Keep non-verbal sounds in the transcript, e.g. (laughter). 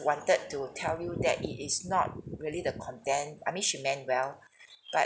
wanted to tell you that it is not really the content I mean she meant well (breath) but